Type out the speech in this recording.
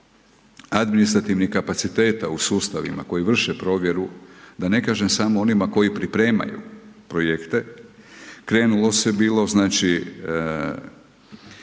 administrativnih kapaciteta u sustavima koji vrše provjeru, da ne kažem samo onima koji pripremaju projekte, krenulo se bilo, znači,